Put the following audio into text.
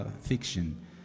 fiction